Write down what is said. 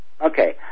Okay